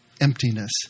emptiness